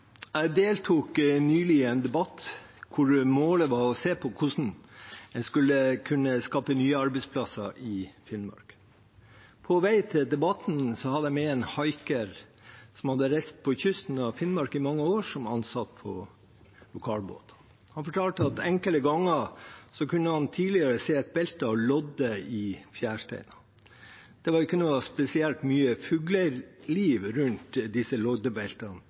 Jeg deltok nylig i en debatt hvor målet var å se på hvordan en skulle kunne skape nye arbeidsplasser i Finnmark. På vei til debatten hadde jeg med en haiker som hadde reist på kysten i Finnmark i mange år som ansatt på lokalbåt. Han fortalte at enkelte ganger tidligere kunne han se belter av lodde i fjæresteinene. Det var ikke noe spesielt mye fugleliv rundt disse